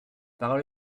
parole